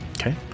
Okay